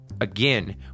Again